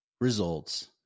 results